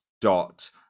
dot